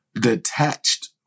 detached